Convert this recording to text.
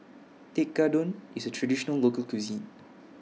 Tekkadon IS A Traditional Local Cuisine